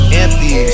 empty